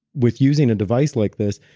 with using a device like this,